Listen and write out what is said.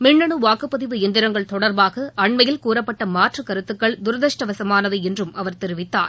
மின்னனு வாக்குப்பதிவு எந்திரங்கள் தொடர்பாக அண்மையில் கூறப்பட்ட மாற்றுக் கருத்துக்கள் தூரதிருஷ்டவசமானவை என்றும் அவர் தெரிவித்தார்